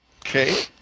Okay